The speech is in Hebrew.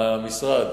המשרד